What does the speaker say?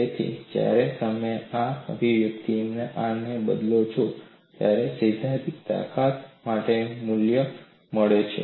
તેથી જ્યારે તમે આ અભિવ્યક્તિમાં આને બદલો છો ત્યારે તમને સૈદ્ધાંતિક તાકાત માટે મૂલ્ય મળે છે